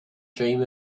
dream